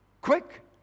Quick